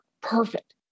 Perfect